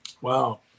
Wow